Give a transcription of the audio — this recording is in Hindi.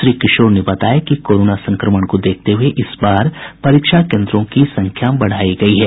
श्री किशोर ने बताया कि कोरोना संक्रमण को देखते हुये इस बार परीक्षा केन्द्रों की संख्या बढ़ाई गयी है